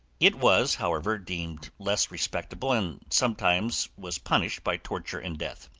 it was, however, deemed less respectable and sometimes was punished by torture and death.